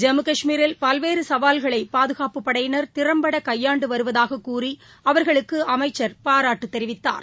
ஜம்மு கஷ்மீரில் பல்வேறு சவால்களை பாதுகாப்புப் படையினர் திறம்பட கையாண்டு வருவதாகக்கூறி அவர்களுக்கு அமைச்சர் பாராட்டு தெரிவித்தார்